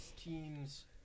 team's